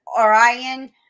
Orion